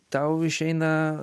tau išeina